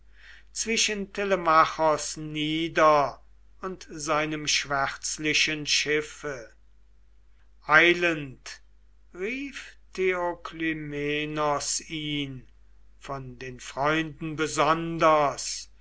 zwischen telemachos nieder und seinem schwärzlichen schiffe eilend rief theoklymenos ihn von den freunden besonders